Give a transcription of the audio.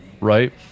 right